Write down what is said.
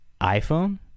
iPhone